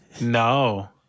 No